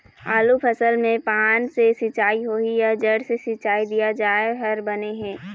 आलू फसल मे पान से सिचाई होही या जड़ से सिचाई दिया जाय हर बने हे?